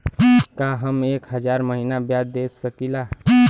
का हम एक हज़ार महीना ब्याज दे सकील?